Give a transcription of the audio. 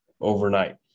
overnight